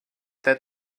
that